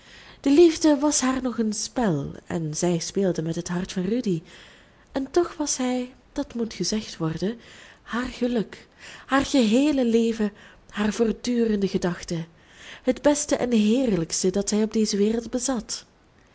de liefde was haar nog een spel en zij speelde met het hart van rudy en toch was hij dat moet gezegd worden haar geluk haar geheele leven haar voortdurende gedachte het beste en heerlijkste dat zij op deze wereld bezat